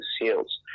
seals